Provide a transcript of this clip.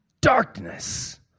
darkness